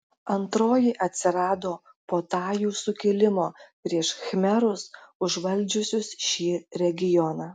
antroji atsirado po tajų sukilimo prieš khmerus užvaldžiusius šį regioną